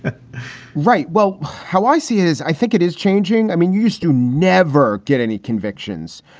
and right. well, how i see is i think it is changing. i mean, you used to never get any convictions.